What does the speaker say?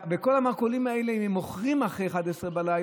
כל המרכולים האלה מוכרים אחרי 23:00,